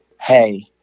Hey